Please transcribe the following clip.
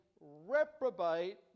reprobate